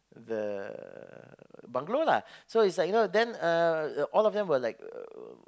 the bungalow lah so it's like you know then uh all of them were like uh